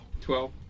Twelve